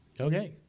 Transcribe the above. okay